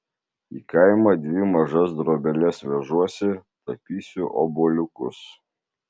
į kaimą dvi mažas drobeles vežuosi tapysiu obuoliukus